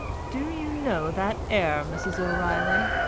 do you know that air, mrs. o'reilly?